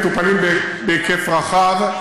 ומטופלים בהיקף רחב,